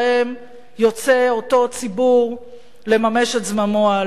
יוצא אותו ציבור לממש את זממו האלים.